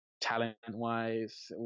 Talent-wise